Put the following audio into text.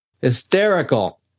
Hysterical